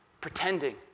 Pretending